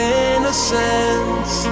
innocence